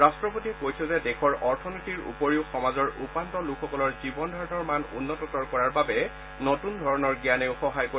ৰাট্টপতিয়ে কৈছে যে দেশৰ অথনীতিৰ উপৰিও সমাজৰ উপান্ত লোকসকলৰ জীৱন ধাৰণৰ মান উন্নততৰ কৰাৰ বাবে নতুন ধৰণৰ জ্ঞানেও সহায় কৰিব